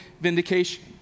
vindication